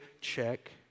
check